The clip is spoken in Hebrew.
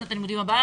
שנת הלימודים הבאה,